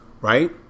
right